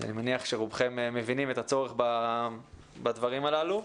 אני מניח שרובכם מבינים את הצורך בדברים הללו.